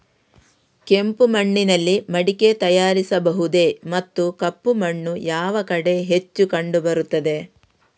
ಕೆಂಪು ಮಣ್ಣಿನಲ್ಲಿ ಮಡಿಕೆ ತಯಾರಿಸಬಹುದೇ ಮತ್ತು ಕಪ್ಪು ಮಣ್ಣು ಯಾವ ಕಡೆ ಹೆಚ್ಚು ಕಂಡುಬರುತ್ತದೆ?